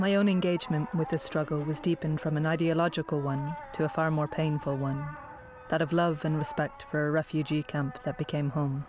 my own engagement with the struggle has deepened from an ideological one to a far more painful one that of love and respect for a refugee camp that became home